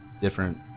different